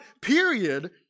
period